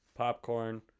Popcorn